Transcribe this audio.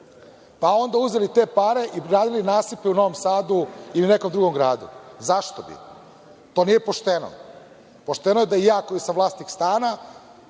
pa onda uzeli te pare i gradili nasipe u Novom Sadu ili u nekom drugom gradu? Zašto bi? To nije pošteno. Pošteno je da ja koji sam vlasnik stana